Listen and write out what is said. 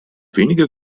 wenige